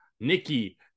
Nikki